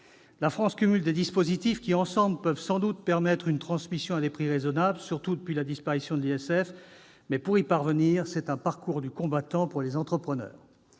La France cumule des dispositifs qui, ensemble, peuvent sans doute permettre une transmission à des prix raisonnables, surtout depuis la disparition de l'ISF, mais, pour y parvenir, les entrepreneurs